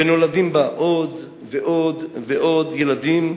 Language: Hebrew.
ונולדים בה עוד ועוד ועוד ילדים,